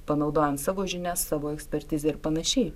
panaudojant savo žinias savo ekspertizę ir panašiai